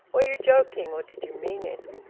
were you joking, or did you mean it?